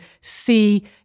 see